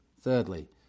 Thirdly